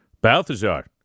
balthazar